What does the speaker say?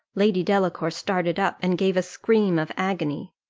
lady delacour started up, and gave a scream of agony.